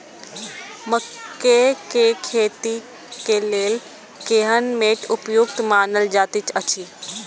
मकैय के खेती के लेल केहन मैट उपयुक्त मानल जाति अछि?